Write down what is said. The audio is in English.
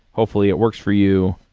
hopefully it works for you,